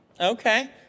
Okay